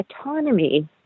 autonomy